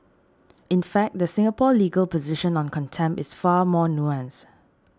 in fact the Singapore legal position on contempt is far more nuanced